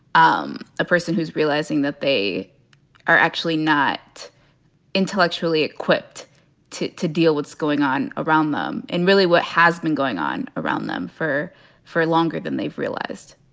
um a person who's realizing that they are actually not intellectually equipped to to deal what's going on around them. and really what has been going on around them for for longer than they've realized.